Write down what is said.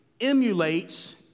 emulates